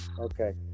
Okay